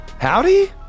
Howdy